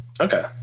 okay